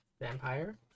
vampire